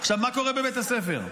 מה קורה בבית הספר?